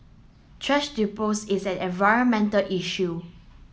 thrash dispose is an environmental issue